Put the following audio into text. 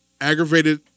aggravated